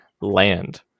land